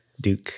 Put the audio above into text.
Duke